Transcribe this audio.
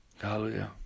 Hallelujah